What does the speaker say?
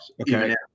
Okay